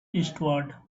eastward